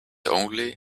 only